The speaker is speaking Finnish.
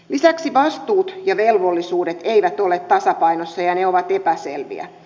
lisäksi vastuut ja velvollisuudet eivät ole tasapainossa ja ne ovat epäselviä